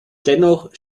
dennoch